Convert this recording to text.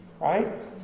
Right